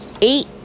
Eight